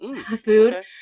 food